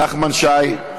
נחמן שי,